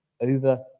over